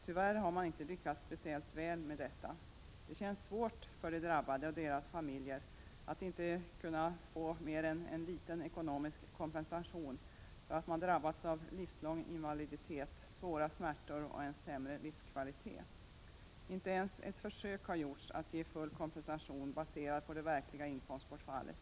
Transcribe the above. Tyvärr har man inte lyckats speciellt väl med detta. Det känns svårt för de drabbade och deras familjer att inte kunna få mer än en liten ekonomisk kompensation för att man drabbats av livslång invaliditet, svåra smärtor och en sämre livskvalitet. Inte ens ett försök har gjorts att ge full kompensation baserad på det verkliga inkomstbortfallet.